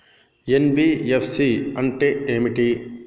NBFC అంటే ఏమిటి?